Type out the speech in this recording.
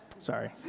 Sorry